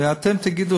ואתם תגידו,